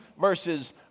verses